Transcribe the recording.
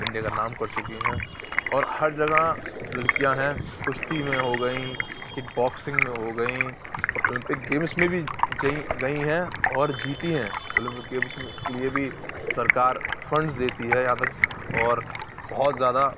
India کا نام کر چکی ہیں اور ہر جگہ لڑکیاں ہیں کشتی میں ہو گئیں کک باکسنگ میں ہو گئیں اور اولمپک گیمس میں بھی جئیں گئیں ہیں اور جیتی ہیں اولمپک گیمس کے لیے بھی سرکار فنڈز دیتی ہے یہاں تک اور بہت زیادہ